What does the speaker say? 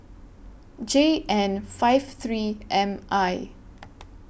J N five three M I